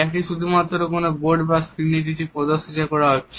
একটি শুধুমাত্র কোনো বোর্ড বা স্ক্রিনে কিছু প্রদর্শন করা হচ্ছে